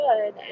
good